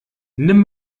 nimm